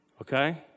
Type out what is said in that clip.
Okay